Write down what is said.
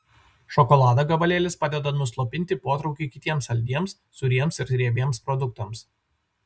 šokolado gabalėlis padeda nuslopinti potraukį kitiems saldiems sūriems ir riebiems produktams